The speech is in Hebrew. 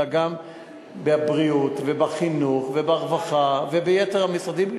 אלא גם בבריאות ובחינוך וברווחה וביתר המשרדים,